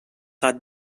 gat